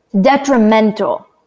detrimental